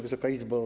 Wysoka Izbo!